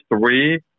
three